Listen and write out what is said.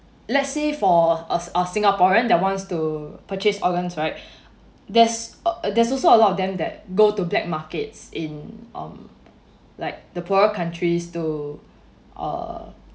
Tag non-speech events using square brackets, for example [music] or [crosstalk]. let's say for us our Singaporean that wants to purchase organs right [breath] there's uh there's also a lot of them that go to black markets in um like the poor countries to err